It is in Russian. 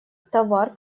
товар